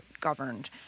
Governed